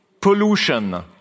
pollution